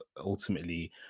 ultimately